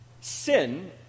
Sin